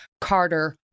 Carter